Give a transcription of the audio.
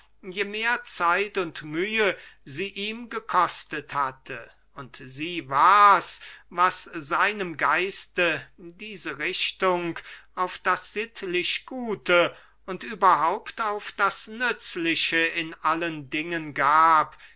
je mehr zeit und mühe sie ihm gekostet hatte und sie war's was seinem geiste diese richtung auf das sittlichgute und überhaupt auf das nützliche in allen dingen gab